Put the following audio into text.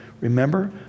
remember